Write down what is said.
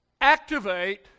Activate